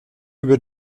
über